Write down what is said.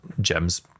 gems